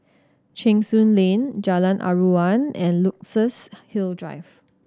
Cheng Soon Lane Jalan Aruan and Luxus Hill Drive